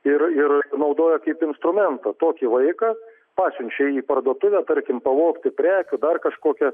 ir ir naudoja kaip instrumentą tokį vaiką pasiunčia jį į parduotuvę tarkim pavogti prekių dar kažkokią